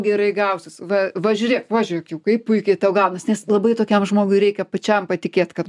gerai gausis va va žiūrėk va žiūrėk kaip puikiai tau gaunas nes labai tokiam žmogui reikia pačiam patikėt kad